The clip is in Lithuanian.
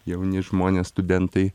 jauni žmonės studentai